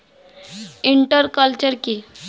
Inter culture কি?